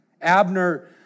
Abner